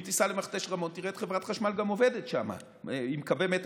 אם תיסע למכתש רמון תראה את חברת חשמל עובדת שם עם קווי מתח.